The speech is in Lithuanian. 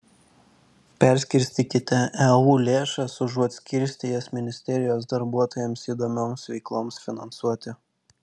perskirstykite eu lėšas užuot skirstę jas ministerijos darbuotojams įdomioms veikloms finansuoti